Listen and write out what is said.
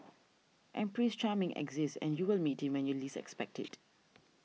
and Prince Charming exists and you will meet him when you least expect it